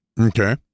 Okay